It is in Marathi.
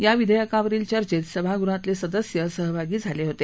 या विधेयकावरील चर्चेत सभागृहातील सदस्य सहभागी झाले होते